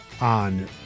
on